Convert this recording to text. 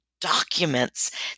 documents